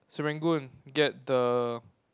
Serangoon get the